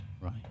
right